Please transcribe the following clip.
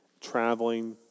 traveling